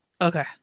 Okay